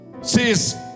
says